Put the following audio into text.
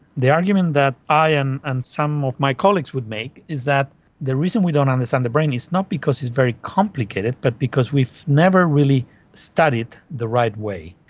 the argument that i and and some of my colleagues would make is that the reason we don't um understand um the brain is not because it's very complicated but because we've never really studied the right way,